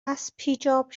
اَسپیجاب